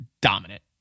dominant